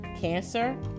cancer